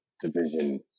Division